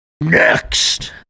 Next